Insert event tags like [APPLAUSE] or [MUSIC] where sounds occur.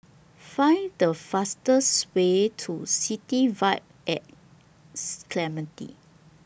Find The fastest Way to City Vibe At [NOISE] Clementi